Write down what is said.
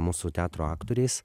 mūsų teatro aktoriais